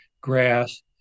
grass